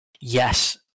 Yes